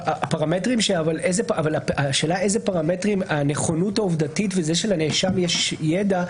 השאלה איזה פרמטרים הנכונות העובדתית וזה שלנאשם יש ידע,